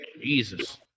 Jesus